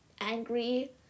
angry